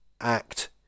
act